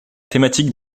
thématique